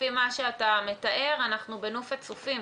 לפי מה שאתה מתאר אנחנו בנופת צופים,